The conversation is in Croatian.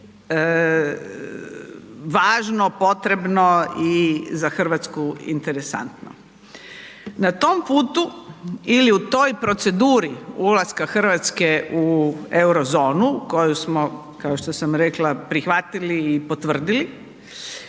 važno, potrebno i za RH interesantno. Na tom putu ili u toj proceduri ulaska RH u Eurozonu koju smo kao što sam rekla prihvatili i potvrdili.